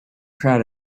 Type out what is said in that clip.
proud